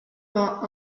vingt